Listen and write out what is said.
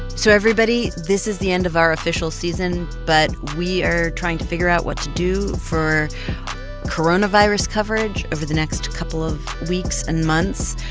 so, everybody, this is the end of our official season. but we are trying to figure out what to do for coronavirus coverage over the next couple of weeks and months,